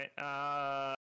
right